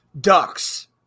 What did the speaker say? Ducks